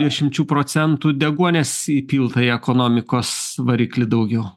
dešimčių procentų deguonies įpilta į ekonomikos variklį daugiau